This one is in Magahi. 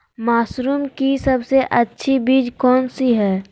मशरूम की सबसे अच्छी बीज कौन सी है?